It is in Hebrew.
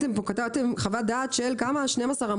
וכתבתם פה חוות דעת של 12 עמודים